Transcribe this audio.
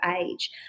age